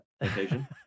occasion